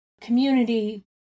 community